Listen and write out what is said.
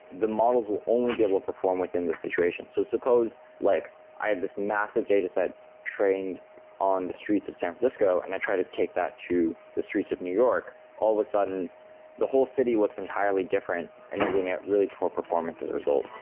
the models will only be able perform within those situation. so, suppose, like i have this massive dataset trained on the streets of san francisco and i try to take that to the streets of new york, all of a sudden the whole city looks entirely different and you're getting a really poor performance as a result.